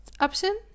option